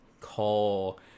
call